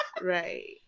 Right